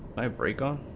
by brake on